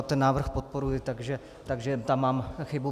Ten návrh podporuji, takže tam mám chybu.